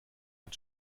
hat